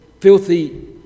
filthy